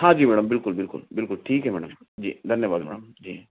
हाँ जी मैडम बिलकुल बिलकुल बिलकुल ठीक है मैडम जी धन्यवाद मैडम जी